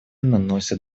наносят